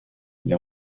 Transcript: les